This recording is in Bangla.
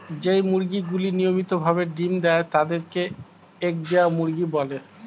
যেই মুরগিগুলি নিয়মিত ভাবে ডিম্ দেয় তাদের কে এগ দেওয়া মুরগি বলে